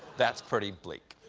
that's pretty bleak.